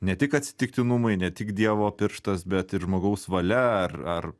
ne tik atsitiktinumai ne tik dievo pirštas bet ir žmogaus valia ar ar